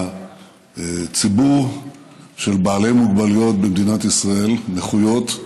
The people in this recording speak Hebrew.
הציבור של בעלי מוגבלויות במדינת ישראל, נכויות,